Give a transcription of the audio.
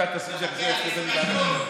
פינדרוס,